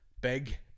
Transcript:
Big